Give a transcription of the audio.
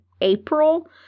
april